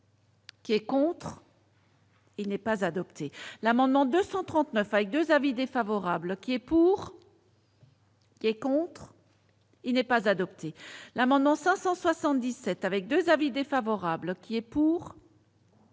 Qui est contre. Il n'est pas adopté l'amendement 239 avec 2 avis défavorables qui est pour. Les contrats. Il n'est pas adopté l'amendement 577 avec 2 avis défavorables qui est pour.